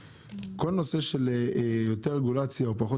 בכל העניין הזה של יותר רגולציה או פחות